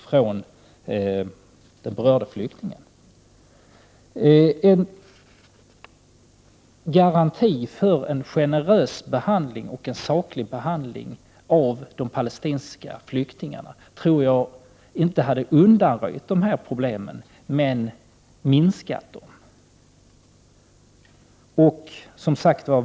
Jag tror inte att en garanti för en generös och saklig behandling av de palestinska flyktingarna hade undanröjt dessa problem, men väl minskat dem.